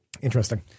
Interesting